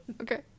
okay